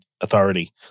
authority